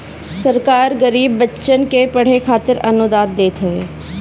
सरकार गरीब बच्चन के पढ़े खातिर अनुदान देत हवे